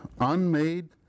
unmade